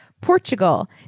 Portugal